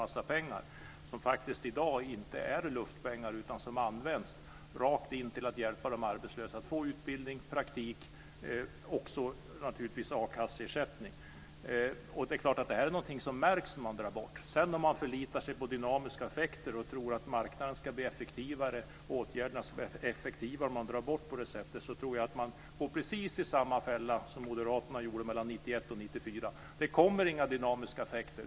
Det är pengar som i dag faktiskt inte är luftpengar utan som används till att hjälpa de arbetslösa att få utbildning, praktik och akasseersättning. Det märks naturligtvis om man drar bort detta. Om man sedan förlitar sig på dynamiska effekter och tror att marknaden och åtgärderna ska bli effektivare om man drar bort pengar på det sättet, tror jag att man går i precis samma fälla som Moderaterna gjorde 1991-1994. Det kommer inga dynamiska effekter.